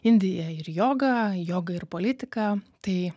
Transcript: indija ir joga joga ir politika tai